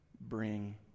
bring